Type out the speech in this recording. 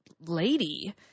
lady